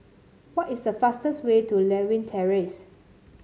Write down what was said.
what is the fastest way to Lewin Terrace